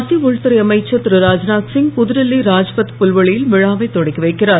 மத்திய உள்துறை அமைச்சர் திரு ராத்நாத் சிங் புதுடில்லி ராத்பத் புல்வெளியில் விழாவைத் தொடக்கி வைக்கிறார்